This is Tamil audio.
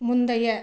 முந்தைய